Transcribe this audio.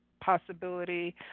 possibility